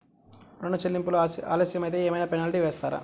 ఋణ చెల్లింపులు ఆలస్యం అయితే ఏమైన పెనాల్టీ వేస్తారా?